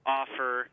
offer